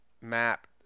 map